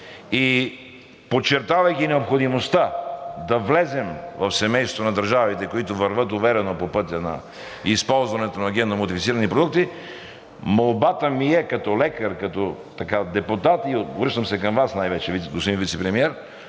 и подчертавайки необходимостта да влезем в семейството на държавите, които вървят уверено по пътя на използването на генномодифицирани продукти, молбата ми е като лекар, като депутат и обръщам се към Вас най-вече, господин Вицепремиер,